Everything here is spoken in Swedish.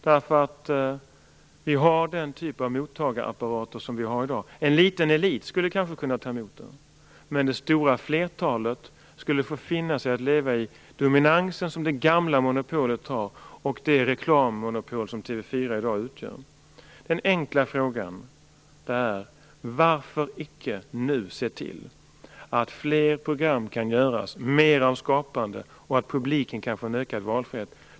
Anledningen är den typ av mottagarapparater som vi i dag har. En liten elit skulle kanske kunna ta emot nämnda sändningar, men det stora flertalet skulle få finna sig att leva med den dominans som det gamla monopolet innebar och det reklammonopol som TV 4 i dag utgör. Min enkla fråga är: Varför icke nu se till att fler program kan göras, att det blir mer av skapande och att publiken kan få ökad valfrihet? Fru talman!